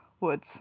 woods